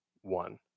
one